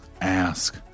ask